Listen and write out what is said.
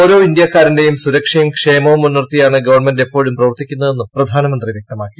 ഓരോ ഇന്ത്യക്കാരന്റെയും സുരക്ഷയും ക്ഷേമവും മുൻനിർത്തിയാണ് ഗവൺമെന്റ് എപ്പോഴും പ്രവർത്തിക്കുന്നതെന്നും പ്രധാനമന്ത്രി വൃക്തമാക്കി